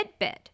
Fitbit